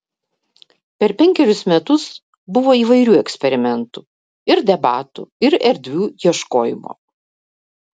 per penkerius metus buvo įvairių eksperimentų ir debatų ir erdvių ieškojimo